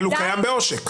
אבל הוא קיים בעושק.